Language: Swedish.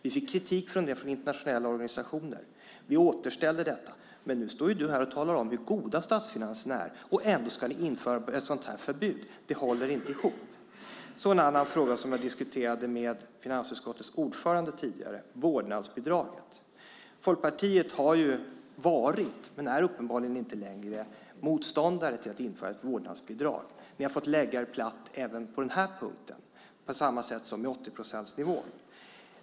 Vi fick kritik för det från internationella organisationer. Vi återställde detta. Men nu står du här och talar om hur goda statsfinanserna är, och ändå ska ni införa ett sådant förbud. Det håller inte ihop. Så till en annan fråga som jag diskuterade med finansutskottets ordförande tidigare, nämligen vårdnadsbidraget. Folkpartiet har varit, men är uppenbarligen inte längre, motståndare till att införa ett vårdnadsbidrag. Ni har fått lägga er platt även på den punkten, på samma sätt som med 80-procentsnivån.